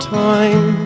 time